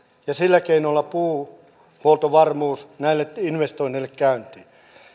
ja sillä keinolla puuhuoltovarmuus näille investoinneille käyntiin